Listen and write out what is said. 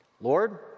Lord